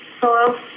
Hello